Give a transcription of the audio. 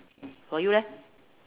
for you leh